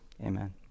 Amen